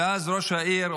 ואז ראש העיר,